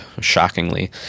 shockingly